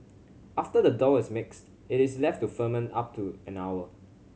after the dough is mixed it is left to ferment up to an hour